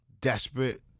desperate